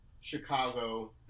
Chicago